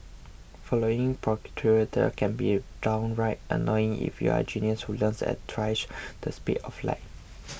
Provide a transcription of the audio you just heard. following procedures can be downright annoying if you're a genius who learns at twice the speed of light